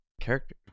character